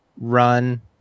run